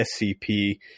SCP